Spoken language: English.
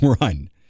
run